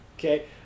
Okay